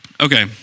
Okay